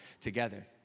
together